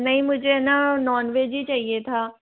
नहीं मुझे ना नॉनवेज ही चाहिए था